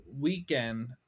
weekend